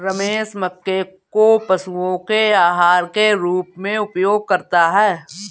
रमेश मक्के को पशुओं के आहार के रूप में उपयोग करता है